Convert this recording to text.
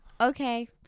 Okay